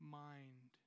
mind